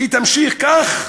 והיא תמשיך כך.